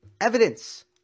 evidence